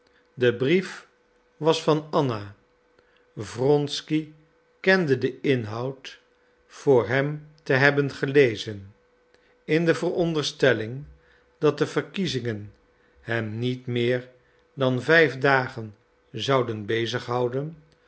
de brief was van anna wronsky kende den inhoud voor hem te hebben gelezen in de veronderstelling dat de verkiezingen hem niet meer dan vijf dagen zouden